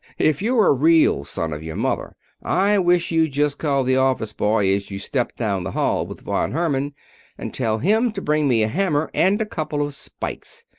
if you're a real son of your mother i wish you'd just call the office boy as you step down the hall with von herman and tell him to bring me a hammer and a couple of spikes.